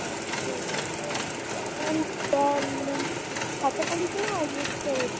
ହଁ ଠିକ୍ ଅଛି ମ୍ୟାମ୍ ମ୍ୟାମ୍ ଷ୍ଟଲ୍ର ଛାତ ପଡ଼ିଛି ନା ଆଜବେଷ୍ଟର ଅଛି